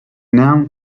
noun